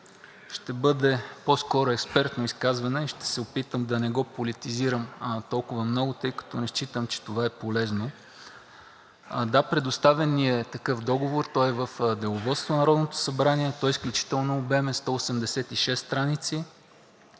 ще бъде по-скоро експертно и ще се опитам да не го политизирам толкова много, тъй като не считам, че това е полезно. Да, предоставен ни е такъв договор и той е в Деловодството на Народното събрание. Изключително обемен е – 186 страници,